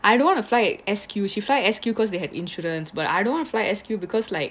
I don't want to fly S_Q she fly S_Q cause they had insurance but I don't wanna fly S_Q because like